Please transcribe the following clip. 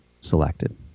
selected